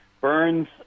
Burns